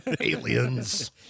Aliens